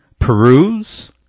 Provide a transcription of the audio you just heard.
peruse